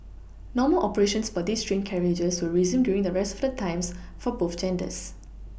normal operations for these train carriages will resume during the rest of the times for both genders